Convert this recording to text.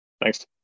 thanks